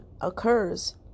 occurs